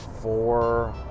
four